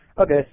Okay